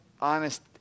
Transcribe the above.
honest